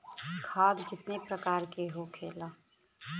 खाद कितने प्रकार के होखेला?